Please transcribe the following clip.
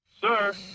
Sir